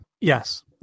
Yes